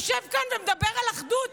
הוא יושב כאן ומדבר על אחדות,